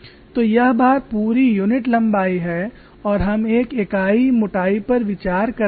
तो यह भार प्रति यूनिट लंबाई है और हम एक इकाई मोटाई पर विचार कर रहे हैं